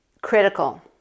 critical